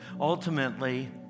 Ultimately